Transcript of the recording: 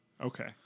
Okay